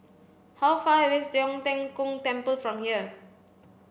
how far away is Tong Tien Kung Temple from here